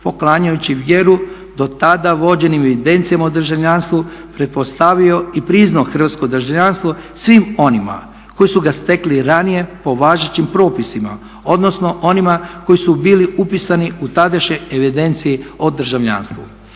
poklanjajući vjeru do tada vođenim evidencijama o državljanstvu pretpostavio i priznao hrvatsko državljanstvo svim onima koji su ga stekli ranije po važećim propisima, odnosno onima koji su bili upisani u tadašnje evidencije o državljanstvu.